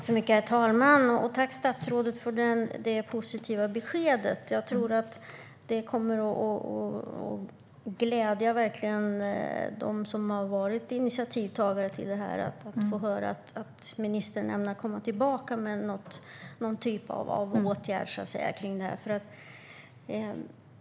Herr talman! Tack för det positiva beskedet, statsrådet! Jag tror verkligen att det kommer att glädja dem som har varit initiativtagare till detta att få höra att ministern ämnar komma tillbaka med någon typ av åtgärd.